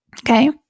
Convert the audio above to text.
Okay